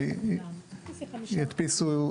אני זוכר שזה היה בנוהל,